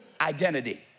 Identity